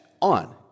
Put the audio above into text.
on